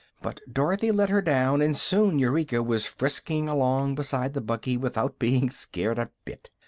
but dorothy let her down and soon eureka was frisking along beside the buggy without being scared a bit.